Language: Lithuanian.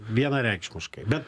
vienareikšmiškai bet